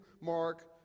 Mark